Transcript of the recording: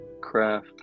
craft